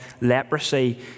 leprosy